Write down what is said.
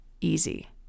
easy